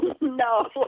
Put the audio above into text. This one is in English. No